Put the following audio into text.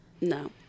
No